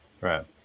right